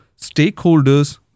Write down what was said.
stakeholders